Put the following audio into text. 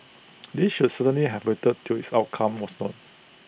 these should certainly have waited till its outcome was known